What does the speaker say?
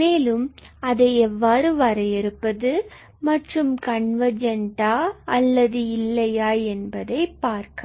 மேலும் அதை எவ்வாறு வரையறுப்பது மற்றும் கன்வர்ஜெண்ட் டா அல்லது இல்லையா என்பதை பார்க்கலாம்